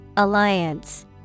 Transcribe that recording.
Alliance